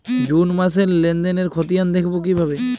June মাসের লেনদেনের খতিয়ান দেখবো কিভাবে?